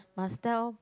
must tell